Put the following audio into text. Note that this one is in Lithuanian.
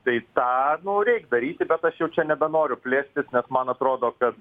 taip tą nu reik daryti bet aš jau čia nebenoriu plėstis bet man atrodo kad